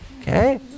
Okay